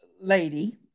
lady